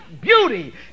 beauty